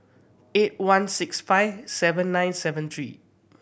eight one six five seven nine seven three